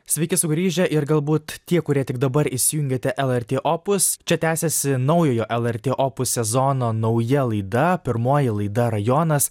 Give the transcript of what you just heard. sveiki sugrįžę ir galbūt tie kurie tik dabar įsijungiate lrt opus čia tęsiasi naujojo lrt opus sezono nauja laida pirmoji laida rajonas